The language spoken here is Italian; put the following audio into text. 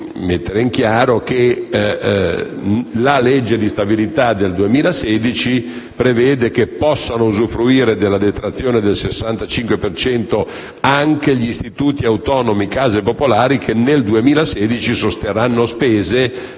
la legge di stabilità per il 2016 prevede che possano usufruire della detrazione del 65 per cento anche gli istituti autonomi case popolari che, nel 2016, sosterranno spese